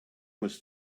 was